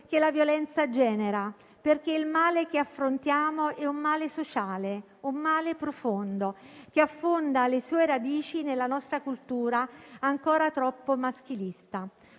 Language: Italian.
che la violenza genera, perché il male che affrontiamo è un male sociale, un male profondo che affonda le sue radici nella nostra cultura ancora troppo maschilista.